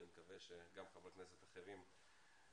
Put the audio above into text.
אני מקווה שגם חברי כנסת אחרים יצטרפו.